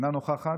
אינה נוכחת.